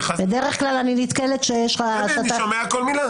אני שומע כל מילה.